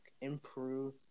improve